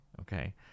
okay